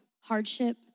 hardship